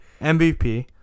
MVP